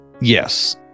Yes